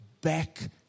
back